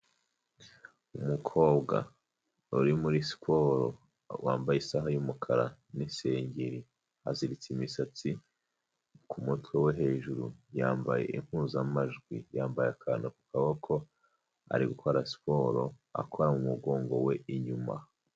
Umukobwa, uri muri siporo, wambaye isaha y'umukara, n'isengeri, aziritse imisatsi ku mutwe wo hejuru, yambaye impuzamajwi, yambaye akantu ku kaboko, ari gukora siporo akora mu mugongo we inyuma.